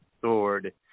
sword